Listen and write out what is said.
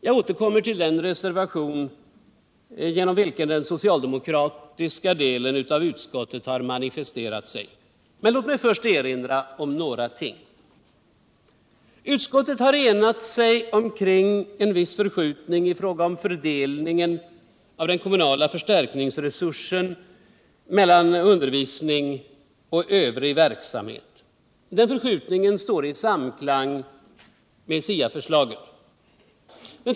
Jag återkommer till reservationen, genom vilken den socialdemokratiska delen i utskottet manifesterat sig. Men låt mig först erinra om några ting. Gtskouet har enat sig om en viss förskjutning I fråga om fördelningen av den kommunala förstärkningsresursen mellan undervisning och övrig verksamhet. Den förskjutningen står i samklang med SIA-förslaget.